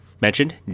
mentioned